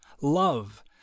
love